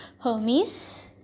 Hermes